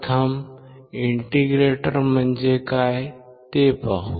प्रथम इंटिग्रेटर म्हणजे काय ते पाहू